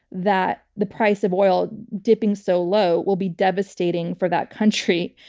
that the price of oil dipping so low will be devastating for that country.